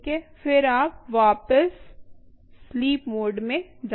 फिर आप वापस स्लीप मोड में जाते हैं